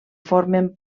formen